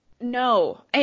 No